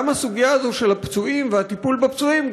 גם הסוגיה הזאת של הפצועים והטיפול בפצועים,